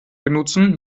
benutzen